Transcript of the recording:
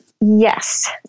Yes